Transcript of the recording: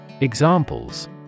Examples